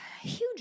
huge